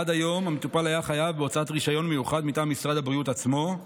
עד היום המטופל היה חייב בהוצאת רישיון מיוחד מטעם משרד הבריאות עצמו.